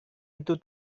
itu